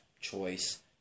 choice